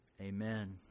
Amen